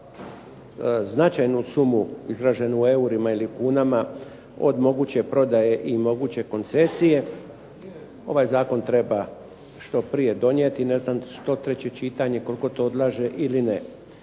značajnu sumu izraženu u eurima ili kunama od moguće prodaje i moguće koncesije ovaj zakon treba što prije donijeti. Ne znam što treće čitanje koliko to odlaže ili ne.